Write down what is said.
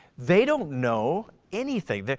they don't know anything.